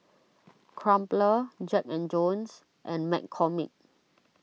Crumpler Jack and Jones and McCormick